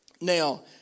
Now